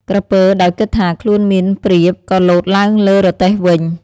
ក្រពើដោយគិតថាខ្លួនមានប្រៀប ក៏លោតឡើងលើរទេះវិញ។